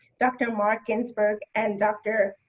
dr. mark ginsberg and dr.